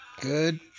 good